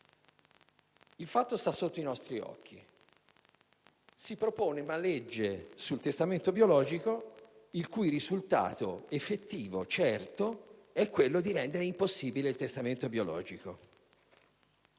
Il fatto sta sotto ai nostri occhi: si propone una legge sul testamento biologico il cui risultato effettivo certo è quello di rendere impossibile il testamento biologico.